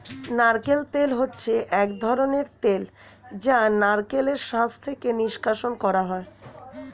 নারকেল তেল হচ্ছে এক ধরনের তেল যা নারকেলের শাঁস থেকে নিষ্কাশণ করা হয়